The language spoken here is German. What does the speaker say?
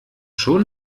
schon